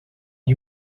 you